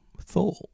thought